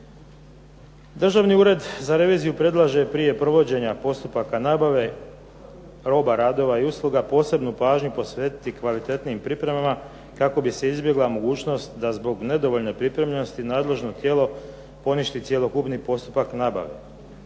Državni ured za reviziju predlaže prije provođenja postupaka nabave, roba, radova i usluga, posebnu pažnju posvetiti kvalitetnijim pripremama kako bi se izbjegla mogućnost da zbog nedovoljne pripremljenosti nadležno tijelo poništi cjelokupni postupak nabave.